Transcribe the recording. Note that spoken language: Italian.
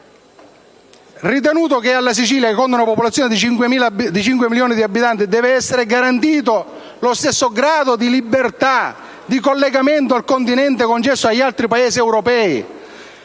Rilevato che alla Sicilia, che conta una popolazione di oltre 5 milioni di abitanti, deve essere garantito lo stesso grado di libertà di collegamento al continente concesso ad altri Paesi europei,